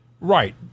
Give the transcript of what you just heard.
Right